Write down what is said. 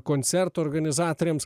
koncerto organizatoriams